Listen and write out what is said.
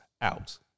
out